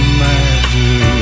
magic